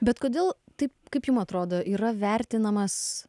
bet kodėl taip kaip jums atrodo yra vertinamas